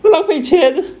浪费钱